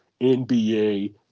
NBA